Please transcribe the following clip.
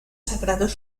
sagrados